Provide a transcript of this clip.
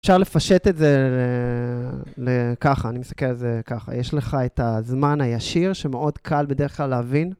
אפשר לפשט את זה לככה, אני מסתכל על זה ככה. יש לך את הזמן הישיר שמאוד קל בדרך כלל להבין.